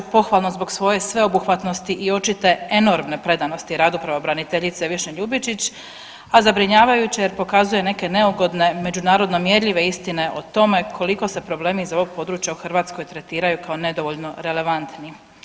Pohvalno zbog svoje sveobuhvatnosti i očite enormne predanosti radu pravobraniteljice Višnje Ljubičić, a zabrinjavajuće jer pokazuje neke neugodne međunarodno mjerljive istine o tome koliko se problemi iz ovog područja u Hrvatskoj tretiraju kao nedovoljno relevantni.